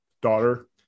daughter